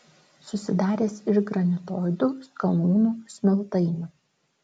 susidaręs iš granitoidų skalūnų smiltainių